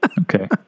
Okay